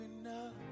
enough